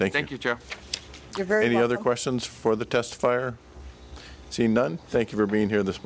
thank you very any other questions for the test fire see none thank you for being here this